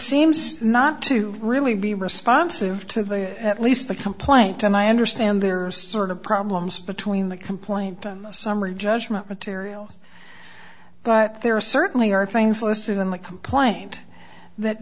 seems not to really be responsive to the at least the complaint and i understand there are sort of problems between the complaint summary judgment material but there certainly are things listed in the complaint that